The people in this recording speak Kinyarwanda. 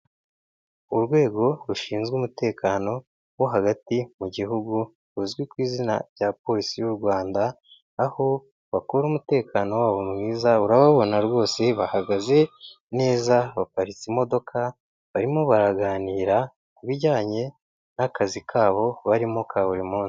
Urwego rushinzwe umutekano wo hagati mu Gihugu ruzwi ku izina rya Polisi y'u Rwanda, aho bakora umutekano wabo mwiza, urababona rwose bahagaze neza, baparitse imodoka, barimo baraganira ku bijyanye n'akazi kabo barimo ka buri munsi.